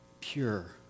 pure